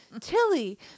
Tilly